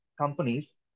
companies